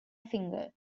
finger